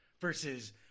versus